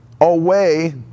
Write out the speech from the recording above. away